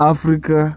Africa